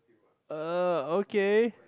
uh okay